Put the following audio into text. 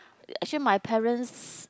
actually my parents